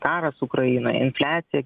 karas ukrainoje infliacija